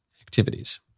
activities